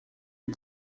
est